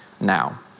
now